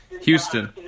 Houston